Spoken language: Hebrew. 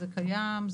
זה קיים,